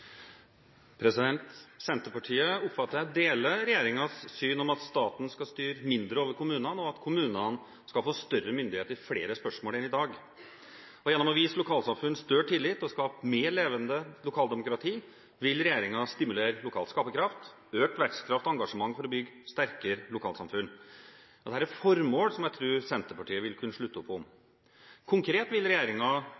Jeg oppfatter at Senterpartiet deler regjeringens syn om at staten skal styre mindre over kommunene, og at kommunene skal få større myndighet i flere spørsmål enn i dag. Og gjennom å vise lokalsamfunnene større tillit og skape mer levende lokaldemokrati vil regjeringen stimulere lokal skaperkraft, økt vekstkraft og engasjement for å bygge sterkere lokalsamfunn. Den har et formål som jeg tror Senterpartiet vil kunne slutte opp